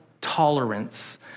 tolerance